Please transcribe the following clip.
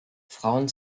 frauen